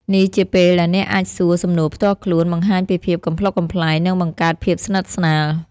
នេះជាពេលដែលអ្នកអាចសួរសំណួរផ្ទាល់ខ្លួន បង្ហាញពីភាពកំប្លុកកំប្លែង និងបង្កើតភាពស្និទ្ធស្នាល។